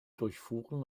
durchfuhren